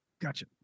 Gotcha